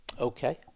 okay